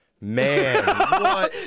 Man